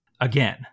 again